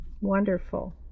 Wonderful